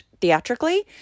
theatrically